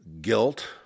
Guilt